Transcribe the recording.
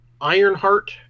Ironheart